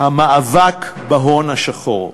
המאבק בהון השחור.